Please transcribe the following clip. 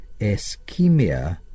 ischemia